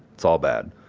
it's all bad,